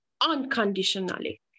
unconditionally